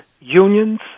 unions